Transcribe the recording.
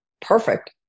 perfect